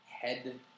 Head